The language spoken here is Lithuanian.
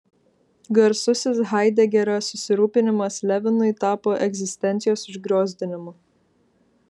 garsusis haidegerio susirūpinimas levinui tapo egzistencijos užgriozdinimu